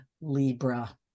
Libra